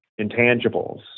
intangibles